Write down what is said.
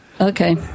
Okay